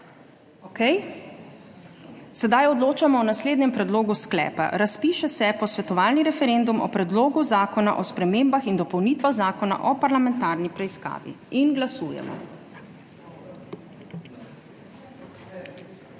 Okej. Sedaj odločamo o naslednjem predlogu sklepa: Razpiše se posvetovalni referendum o Predlogu zakona o spremembah in dopolnitvah Zakona o parlamentarni preiskavi. Glasujemo.